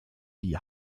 die